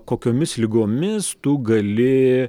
kokiomis ligomis tu gali